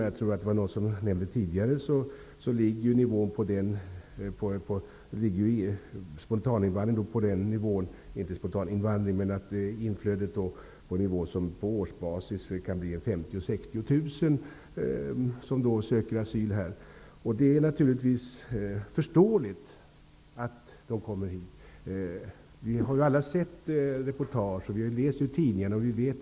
Jag tror att någon tidigare här nämnde att inflödet ligger på en nivå som på årsbasis kan bli 50 000--60 000 asylsökande här i landet. Det är naturligtvis förståeligt att de kommer hit. Vi har ju alla sett reportage från och läst i tidningar om Bosnien.